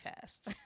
fast